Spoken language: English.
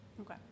Okay